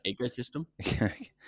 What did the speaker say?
ecosystem